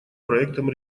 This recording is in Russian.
проектам